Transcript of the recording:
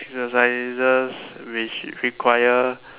exercises which require